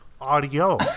Audio